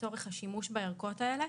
לצורך השימוש בערכות האלה.